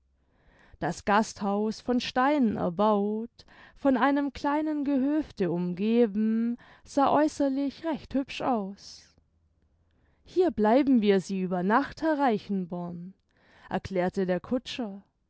das gasthaus von steinen erbaut von einem kleinen gehöfte umgeben sah äußerlich recht hübsch aus hier bleiben wir sie über nacht heer reichenborn erklärte der kutscher